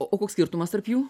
o koks skirtumas tarp jų